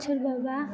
सोरबाबा